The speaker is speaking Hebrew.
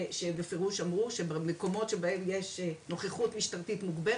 שבפירוש אמרו שבמקומות שבהם יש נוכחות משטרתית מוגברת,